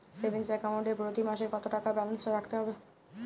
Savings account এ প্রতি মাসে কতো টাকা ব্যালান্স রাখতে হবে?